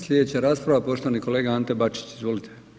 Slijedeća rasprava, poštovani kolega Ante Bačić, izvolite.